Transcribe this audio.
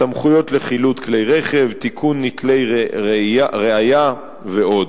סמכויות לחילוט כלי-רכב, תיקון נטלי ראיה ועוד.